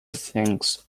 things